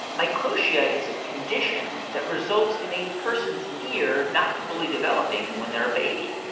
microtia is a condition that results in a person's ear not fully developing when they're a baby.